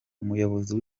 umuyobozi